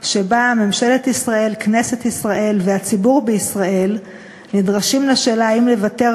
ואילו ראש ממשלה אחר, יצחק רבין, זיכרונו לברכה,